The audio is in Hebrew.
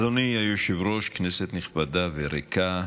אדוני היושב-ראש, כנסת נכבדה וריקה,